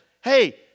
Hey